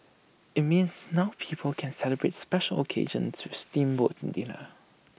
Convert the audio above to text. IT means now people can celebrate special occasions with A steamboat in dinner